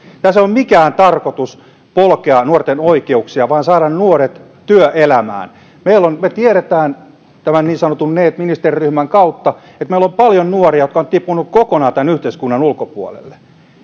tässä ei ole mikään tarkoitus polkea nuorten oikeuksia vaan saada nuoret työelämään me tiedämme tämän niin sanotun neet ministeriryhmän kautta että meillä on paljon nuoria jotka ovat tippuneet kokonaan tämän yhteiskunnan ulkopuolelle